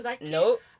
Nope